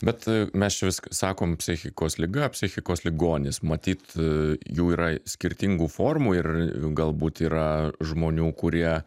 bet mes čia vis sakom psichikos liga psichikos ligonis matyt jų yra skirtingų formų ir galbūt yra žmonių kurie